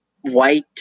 white